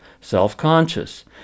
self-conscious